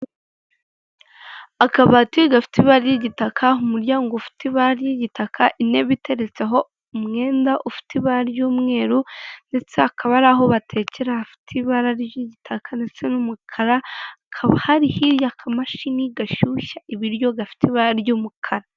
Akabati gafite ibara ry'igitaka, umuryango ufite ibara ry'igitaka, intebe iteretseho umwenda ufite ibara ry'umweru ndetse hakaba hari aho batekera hafite ibara ry'igitaka ndetse n'umukara, hakaba hari hirya akamashini gashyushya ibiryo gafite ibara ry'umukara.